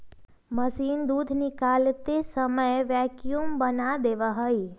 machine दूध निकालते समय वैक्यूम बना देवा हई